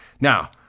Now